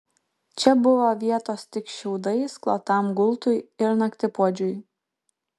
čia buvo vietos tik šiaudais klotam gultui ir naktipuodžiui